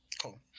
Cool